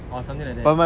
or something like that